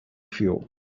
feel